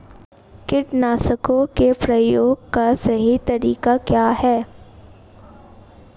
कीटनाशकों के प्रयोग का सही तरीका क्या है?